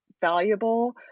valuable